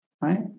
right